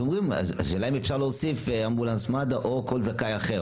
אז הוא שואל האם ניתן להוסיף אמבולנס מד"א או כל זכאי אחר?